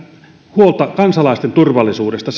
huolta kansalaisten turvallisuudesta